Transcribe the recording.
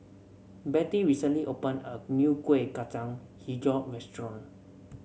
Bettie recently opened a new Kuih Kacang hijau restaurant